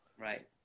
Right